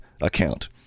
account